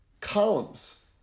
Columns